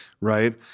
right